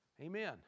Amen